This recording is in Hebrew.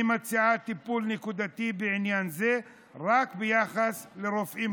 היא מצאה טיפול נקודתי בעניין זה רק ביחס לרופאים,